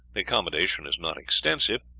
the accommodation is not extensive,